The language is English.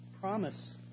promise